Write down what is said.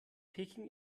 peking